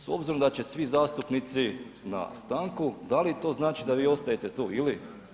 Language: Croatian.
S obzirom da će svi zastupnici na stanku, da li to znači da vi ostajete tu ili?